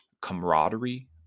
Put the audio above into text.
camaraderie